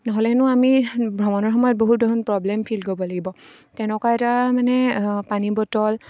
নহ'লেনো আমি ভ্ৰমণৰ সময়ত বহুত ধৰণৰ প্ৰব্লেম ফিল কৰিব লাগিব তেনেকুৱা এটা মানে পানী বটল